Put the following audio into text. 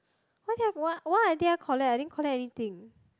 why did I why why didn't I collect I didn't collect anything